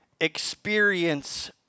experience